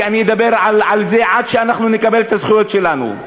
כי אני אדבר על זה עד שאנחנו נקבל את הזכויות שלנו,